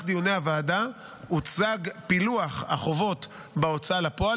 דיוני הוועדה הוצג פילוח החובות בהוצאה לפועל,